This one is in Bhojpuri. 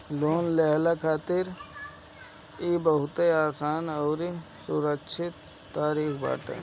लोन लेहला खातिर इ बहुते आसान अउरी सुरक्षित तरीका बाटे